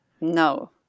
No